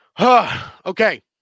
Okay